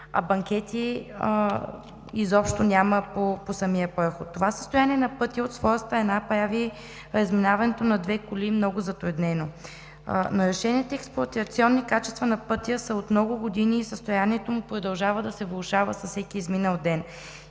а банкети изобщо няма по самия проход. Това състояние на пътя, от своя страна, прави разминаването на две коли много затруднено. Нарушените експлоатационни качества на пътя са от много години и състоянието му продължава да се влошава с всеки изминал ден.